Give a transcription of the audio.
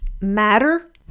matter